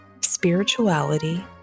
spirituality